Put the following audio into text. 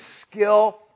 skill